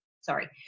sorry